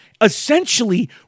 essentially